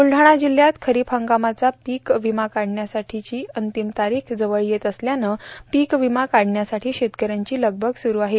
ब्रलढाणा जिल्ह्यात खरीप हंगामाचा पीक विमा काढण्याची अंतिम तारीख जवळ येत असल्यानं पीक विमा काढण्यासाठी शेतकऱ्यांची लगबग सुरू आहे